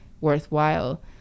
worthwhile